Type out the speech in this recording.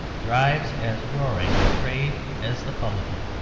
drives as roaring a trade as the publican.